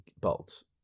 bolts